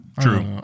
true